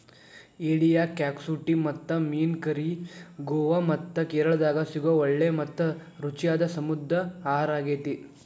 ಏಡಿಯ ಕ್ಸಾಕುಟಿ ಮತ್ತು ಮೇನ್ ಕರಿ ಗೋವಾ ಮತ್ತ ಕೇರಳಾದಾಗ ಸಿಗೋ ಒಳ್ಳೆ ಮತ್ತ ರುಚಿಯಾದ ಸಮುದ್ರ ಆಹಾರಾಗೇತಿ